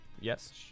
Yes